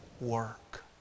work